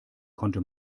konnte